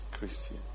christian